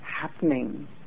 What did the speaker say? happening